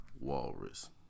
walrus